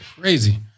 Crazy